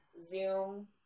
Zoom